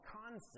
concept